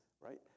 right